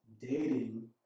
dating